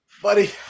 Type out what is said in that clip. Buddy